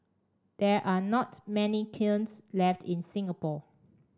there are not many kilns left in Singapore